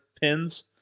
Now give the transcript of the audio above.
pins